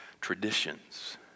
traditions